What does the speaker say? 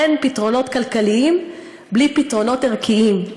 אין פתרונות כלכליים בלי פתרונות ערכיים,